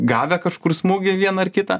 gavę kažkur smūgį vieną ar kitą